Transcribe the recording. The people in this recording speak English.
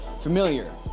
familiar